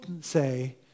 say